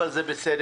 אבל זה בסדר,